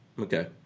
Okay